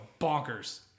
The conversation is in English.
bonkers